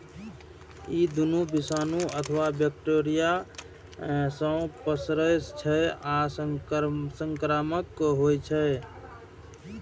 ई दुनू विषाणु अथवा बैक्टेरिया सं पसरै छै आ संक्रामक होइ छै